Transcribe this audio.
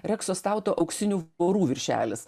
rekso stauto auksinių porų viršelis